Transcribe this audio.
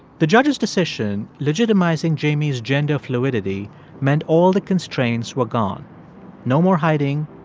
the judge's decision legitimizing jamie's gender fluidity meant all the constraints were gone no more hiding,